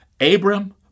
Abram